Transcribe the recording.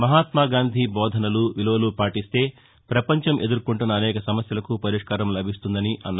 మహాత్మాగాంధీ బోధనలు విలువలు పాటిస్తే పపంచం ఎదుర్కొంటున్న అనేక సమస్యలకు పరిష్కారం లభిస్తుందన్నారు